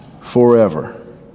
forever